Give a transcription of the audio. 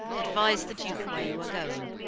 advise the duke where you are going,